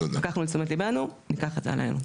לקחנו לתשומת ליבנו, ניקח את זה עלינו.